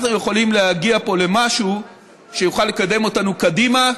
אנחנו יכולים להגיע פה למשהו שיוכל לקדם אותנו קדימה.